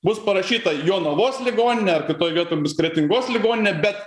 bus parašyta jonavos ligoninė ar kitoj vietoj bus kretingos ligoninė bet